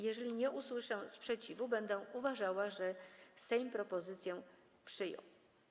Jeżeli nie usłyszę sprzeciwu, będę uważała, że Sejm propozycję przyjął.